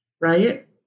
right